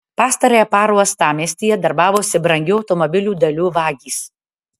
pastarąją parą uostamiestyje darbavosi brangių automobilių dalių vagys